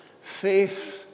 Faith